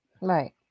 Right